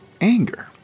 anger